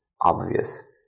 Obvious